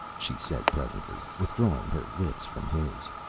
she said presently, withdrawing her lips from his.